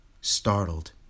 Startled